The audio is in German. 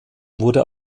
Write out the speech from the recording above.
wurde